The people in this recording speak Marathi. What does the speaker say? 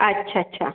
अच्छा अच्छा